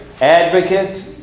advocate